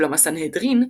אולם הסנהדרין,